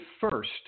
first